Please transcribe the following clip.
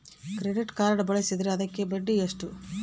Credit card ಬಳಸಿದ್ರೇ ಅದಕ್ಕ ಬಡ್ಡಿ ಎಷ್ಟು?